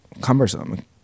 cumbersome